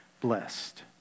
Blessed